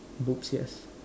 books yes